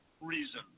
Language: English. reason